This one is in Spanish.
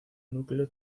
núcleo